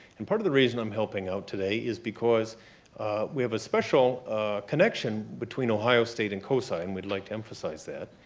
and part of the reason i'm helping out today is because we have a special connection between ohio state and cosi, and we'd like to emphasize that.